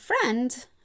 friend